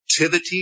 activity